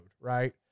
Right